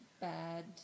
bad